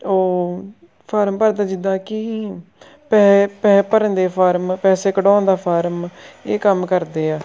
ਉਹ ਫਾਰਮ ਭਰਦਾ ਜਿੱਦਾਂ ਕਿ ਪੈ ਪੈਸੇ ਭਰਨ ਦੇ ਫਾਰਮ ਪੈਸੇ ਕਢਵਾਉਣ ਦਾ ਫਾਰਮ ਇਹ ਕੰਮ ਕਰਦੇ ਆ